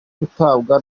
gutabarwa